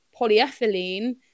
polyethylene